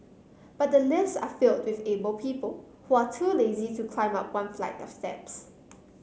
but the lifts are filled with able people who are too lazy to climb up one flight of steps